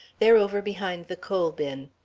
they're over behind the coal bin.